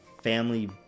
family